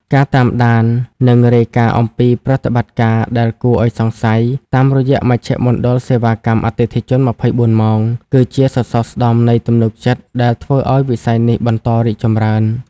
ការតាមដាន និងរាយការណ៍អំពីប្រតិបត្តិការដែលគួរឱ្យសង្ស័យតាមរយៈមជ្ឈមណ្ឌលសេវាកម្មអតិថិជន ២៤ ម៉ោង គឺជាសសរស្តម្ភនៃទំនុកចិត្តដែលធ្វើឱ្យវិស័យនេះបន្តរីកចម្រើន។